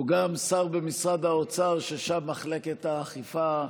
הוא גם שר במשרד האוצר, ששם מחלקת האכיפה,